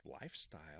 lifestyle